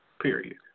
Period